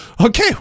Okay